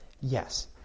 Yes